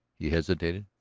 he hesitated.